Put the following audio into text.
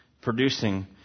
Producing